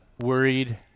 worried